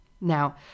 Now